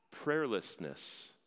prayerlessness